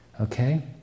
Okay